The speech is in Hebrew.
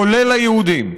כולל היהודים.